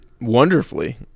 wonderfully